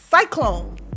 Cyclone